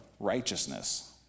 Righteousness